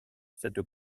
cette